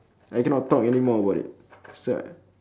I cannot talk anymore about it so